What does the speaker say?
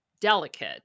delicate